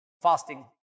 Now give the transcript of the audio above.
fasting